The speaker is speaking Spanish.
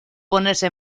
ponerse